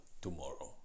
tomorrow